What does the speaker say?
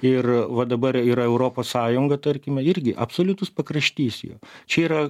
ir va dabar yra europos sąjunga tarkime irgi absoliutus pakraštys jo čia yra